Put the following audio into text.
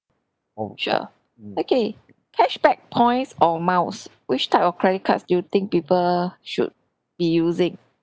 sure okay cashback points or miles which type of credit cards do you think people should be using